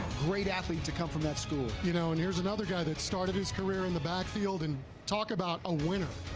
great athlete to come from that school. you know and here is another guy who started his career on the back field. and talk about a winner.